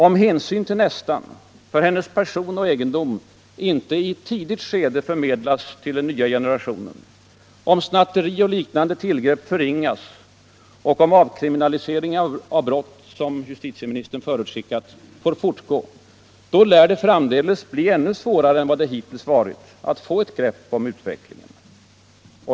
Om hänsyn till nästan, för hennes person och egendom, inte i ett tidigt skede förmedlas till den nya generationen, om snatteri och liknande tillgrepp förringas och om avkriminaliseringen av brott — som justitieministern förutskickat — får fortgå, då lär det framdeles bli ännu svårare än vad det hittills varit att få ett grepp om utvecklingen.